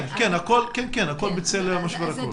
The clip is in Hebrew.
כן, הכול בצל משבר הקורונה.